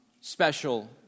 special